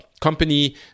company